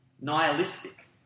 nihilistic